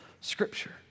Scripture